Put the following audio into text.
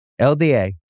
LDA